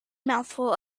mouthful